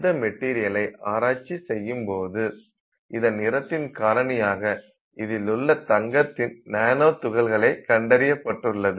இந்த மெட்டீரியலை ஆராய்ச்சி செய்யும் போது இதன் நிறத்தின் காரணியாக இதிலுள்ள தங்கத்தின் நானோ துகள்களே கண்டறியப்படுள்ளது